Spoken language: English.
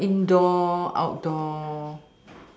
like indoor outdoor